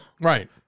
right